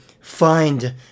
find